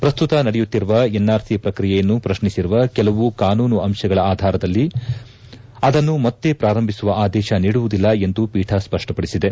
ಪ್ರಸ್ತುತ ನಡೆಯುತ್ತಿರುವ ಎನ್ಆರ್ಸಿ ಪ್ರಕ್ರಿಯೆಯನ್ನು ಪ್ರತ್ನಿಸಿರುವ ಕೆಲವು ಕಾನೂನು ಅಂಶಗಳ ಆಧಾರದಲ್ಲಿ ಅದನ್ನು ಮತ್ತೆ ಪ್ರಾರಂಭಿಸುವ ಆದೇಶ ನೀಡುವುದಿಲ್ಲ ಎಂದು ಪೀಠ ಸ್ಪಷ್ಟಪಡಿಸಿದೆ